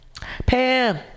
Pam